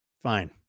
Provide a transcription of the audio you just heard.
Fine